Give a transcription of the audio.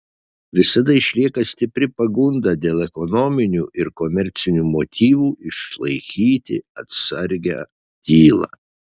visada išlieka stipri pagunda dėl ekonominių ir komercinių motyvų išlaikyti atsargią tylą